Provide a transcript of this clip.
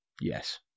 Yes